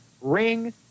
ring